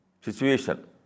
situation